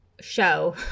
show